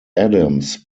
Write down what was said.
adams